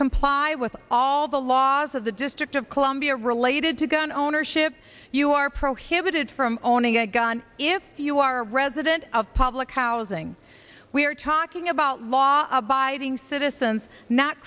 comply with all the laws of the district of columbia related to gun ownership you are prohibited from owning a gun if you are a resident of public housing we are talking about law abiding citizens not